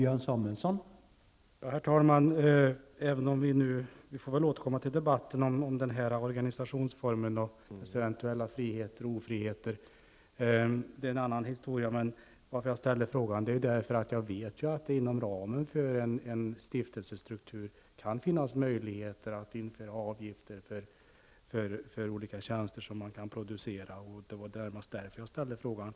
Herr talman! Vi får väl återkomma till debatten om denna organisationsform och dess eventuella friheter och ofriheter. Det är en annan historia. Jag ställde frågan därför att jag vet att det inom ramen för en stiftelsestruktur kan finnas möjligheter att införa avgifter för olika tjänster som man kan producera. Det var närmast därför jag ställde frågan.